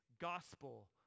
gospel